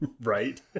Right